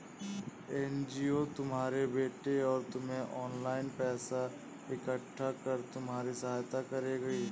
NGO तुम्हारे बेटे और तुम्हें ऑनलाइन पैसा इकट्ठा कर तुम्हारी सहायता करेगी